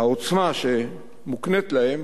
העוצמה שמוקנית להם